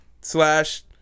slash